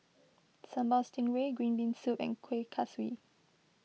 Sambal Stingray Green Bean Soup and Kuih Kaswi